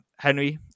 henry